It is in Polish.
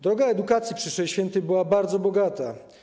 Droga edukacji przyszłej świętej była bardzo bogata.